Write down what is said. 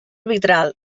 arbitral